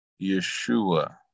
Yeshua